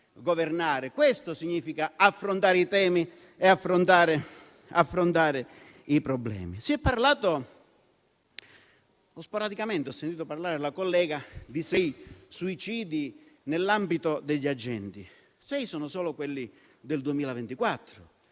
questo significa affrontare i temi e i problemi. Ho sentito parlare una collega di sei suicidi nell'ambito degli agenti, ma sei sono solo quelli del 2024,